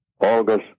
August